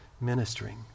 ministering